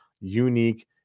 unique